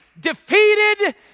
defeated